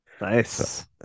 Nice